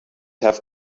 have